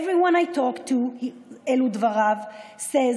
ואלו דבריו לכם,